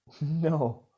No